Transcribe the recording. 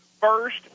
first